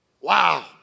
Wow